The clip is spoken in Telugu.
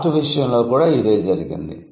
ఆర్ట్ విషయంలో కూడా ఇదే జరిగింది